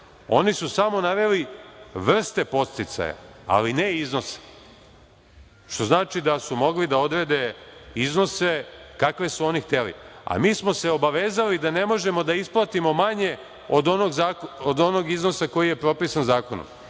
oni su samo naveli vrste podsticaja, ali ne i iznose, što znači da su mogli da odrede iznose kakve su oni hteli, a mi smo se obavezali da ne možemo da isplatimo manje od onog iznosa koji je propisan zakonom.